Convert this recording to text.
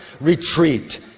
retreat